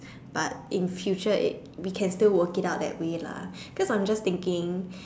but in future it we can still work it out that way lah cause I'm just thinking